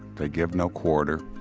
they give no quarter,